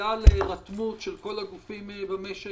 והציפייה להירתמות של כל הגופים במשק,